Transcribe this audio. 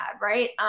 right